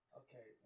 okay